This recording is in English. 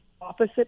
opposite